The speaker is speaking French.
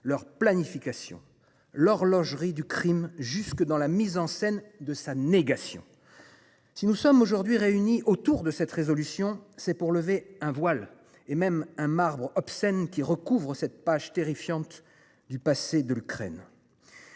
leur planification l'horlogerie du Crime jusque dans la mise en scène de sa négation. Si nous sommes aujourd'hui réunis autour de cette résolution. C'est pour lever un voile et même un marbre obscènes qui recouvre cette page terrifiante du passé de l'Ukraine.